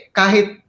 kahit